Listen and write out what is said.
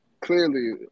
Clearly